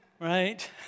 right